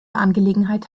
angelegenheit